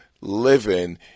living